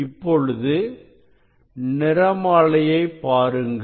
இப்பொழுது நிறமாலையை பாருங்கள்